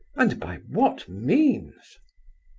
and by what means?